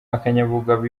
akanyabugabo